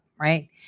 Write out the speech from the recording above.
Right